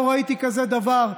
לא ראיתי כזה דבר,